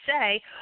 say